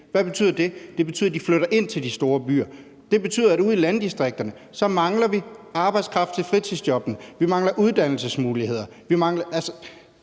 Hvad betyder det? Det betyder, at de flytter ind til de store byer, og det betyder, at vi ude i landdistrikterne mangler arbejdskraft til fritidsjobbene, at vi mangler uddannelsesmuligheder.